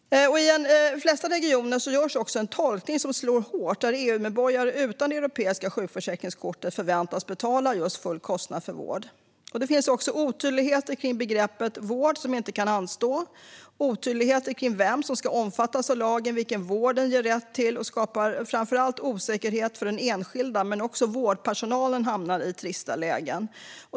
I de flesta regioner görs en tolkning som slår hårt och där EU-medborgare utan europeiskt sjukförsäkringskort förväntas betala full kostnad för vård. Det finns otydligheter kring begreppet vård som inte kan anstå och kring vem som ska omfattas av lagen och vilken vård den ger rätt till. Detta skapar osäkerhet framför allt för enskilda, men också vårdpersonal hamnar i trista lägen.